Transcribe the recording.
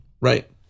Right